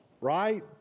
right